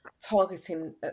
targeting